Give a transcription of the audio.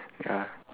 ya